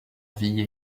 vie